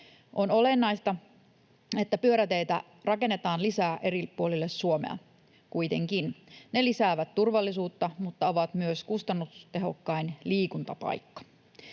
On olennaista, että pyöräteitä kuitenkin rakennetaan lisää eri puolille Suomea. Ne lisäävät turvallisuutta mutta ovat myös kustannustehokkain liikuntapaikka.